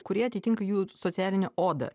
kurie atitinka jų socialinę odą